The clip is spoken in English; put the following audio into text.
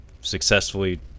successfully